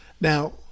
Now